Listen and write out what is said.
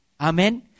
Amen